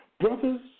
Brothers